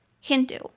Hindu